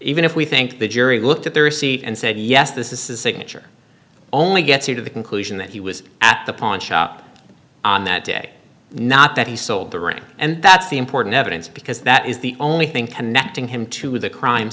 even if we think the jury looked at the receipt and said yes this is signature only gets you to the conclusion that he was at the pawn shop on that day not that he sold the ring and that's the important evidence because that is the only thing connecting him to the crime